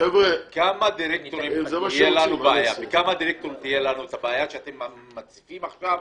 בכמה דירקטורים תהיה לנו בעיה שאתם מציגים עכשיו?